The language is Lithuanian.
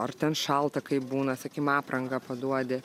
ar ten šalta kai būna sakym aprangą paduodi